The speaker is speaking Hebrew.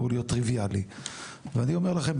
זה אמור להיות טריוויאלי ואני אומר לכם,